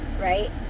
right